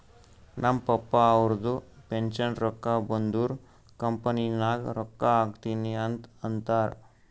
ನಮ್ ಪಪ್ಪಾ ಅವ್ರದು ಪೆನ್ಷನ್ ರೊಕ್ಕಾ ಬಂದುರ್ ಕಂಪನಿ ನಾಗ್ ರೊಕ್ಕಾ ಹಾಕ್ತೀನಿ ಅಂತ್ ಅಂತಾರ್